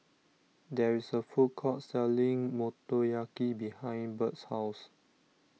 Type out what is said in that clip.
there is a food court selling Motoyaki behind Bert's house